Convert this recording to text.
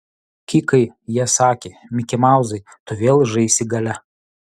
kikai jie sakė mikimauzai tu vėl žaisi gale